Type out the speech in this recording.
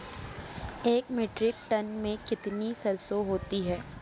एक metric ton में कितनी सरसों होती है?